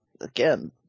again